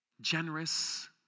Generous